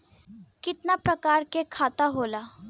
कितना प्रकार के खाता होला?